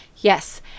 Yes